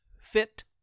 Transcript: fit